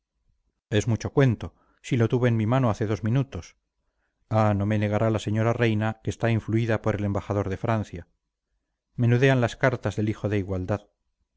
es mucho cuento si lo tuve en mi mano hace dos minutos ah no me negará la señora reina que está influida por el embajador de francia menudean las cartas del hijo de igualdad